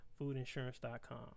foodinsurance.com